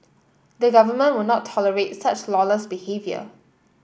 the Government would not tolerate such lawless behaviour